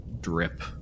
drip